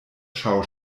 schau